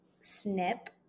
snip